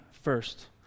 first